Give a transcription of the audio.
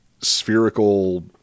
spherical